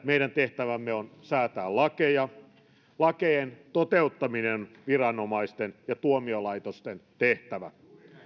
meidän kansanedustajien tehtävä on säätää lakeja lakien toteuttaminen on viranomaisten ja tuomiolaitosten tehtävä